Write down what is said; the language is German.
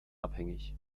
abhängig